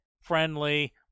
friendly